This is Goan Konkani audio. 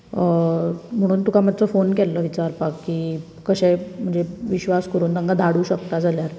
म्हणून तुका मातसो फोन केल्लो विचारपाक की कशें म्हणजें विश्वास करून तांकां धाडूं शकता जाल्यार